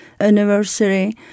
anniversary